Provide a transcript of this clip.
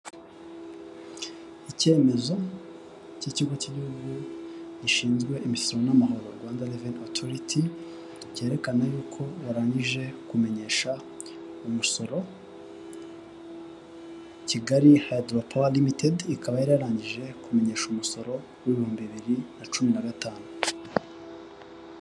Icyemezo cy'Ikigo cy'igihugu gishinzwe imisoro n'amahoro, Rwanda Revennyu Osoriti cyerekana y'uko barangije kumenyekanisha umusoro. Ikigo cya Kigali Hadura Podi Limitedi kikaba cyarangije kumenyekanisha umusoro w'ibihumbi bibiri na cumi na gatanu.